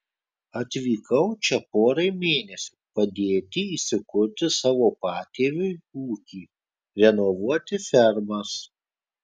atvykau čia porai mėnesių padėti įsikurti savo patėviui ūkį renovuoti fermas